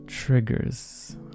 triggers